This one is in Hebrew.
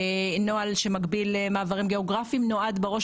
נוהל שמגביל מעברים גיאוגרפיים נועד בראש